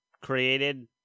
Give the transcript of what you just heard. created